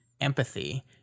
empathy